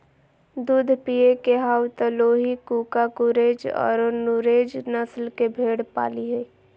दूध पिये के हाउ त लोही, कूका, गुरेज औरो नुरेज नस्ल के भेड़ पालीहीं